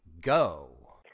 go